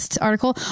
article